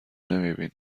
نمیبینی